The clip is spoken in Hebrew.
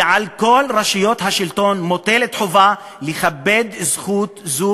ועל כל רשויות השלטון מוטלת חובה לכבד זכות זו